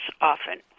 often